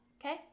okay